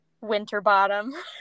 Winterbottom